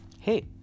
Hey